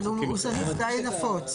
כן, הוא סעיף די נפוץ.